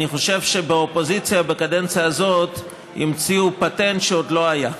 אני חושב שבאופוזיציה בקדנציה הזאת המציאו פטנט שעוד לא היה.